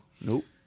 Nope